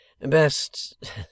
Best